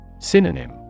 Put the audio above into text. Synonym